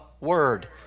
word